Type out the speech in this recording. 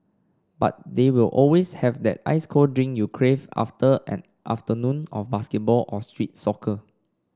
but they will always have that ice cold drink you crave after an afternoon of basketball or street soccer